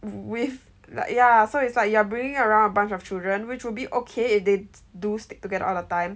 with like ya so it's like you are bringing around a bunch of children which would be okay if they do stick together all the time